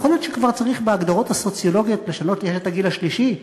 יכול להיות שכבר צריך בהגדרות הסוציולוגיות לשנות את הגיל השלישי.